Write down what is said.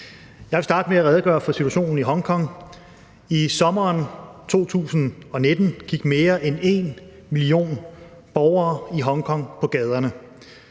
Jeg vil starte med at redegøre for situationen i Hongkong. I sommeren 2019 gik mere end en million borgere i Hongkong på gaderne.